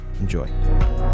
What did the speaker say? Enjoy